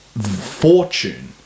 fortune